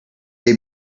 they